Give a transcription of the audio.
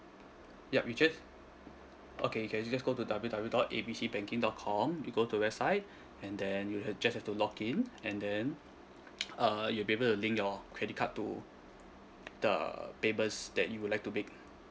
yup you just okay you can just go to W_W_W dot A B C banking dot com you go to the website and then you have just to log in and then uh you'll be able link your credit card to the payments that you would like to make